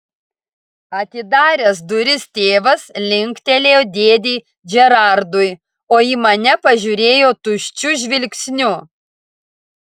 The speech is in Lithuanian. atidaręs duris tėvas linktelėjo dėdei džerardui o į mane pažiūrėjo tuščiu žvilgsniu